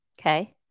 okay